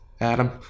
Adam